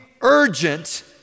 urgent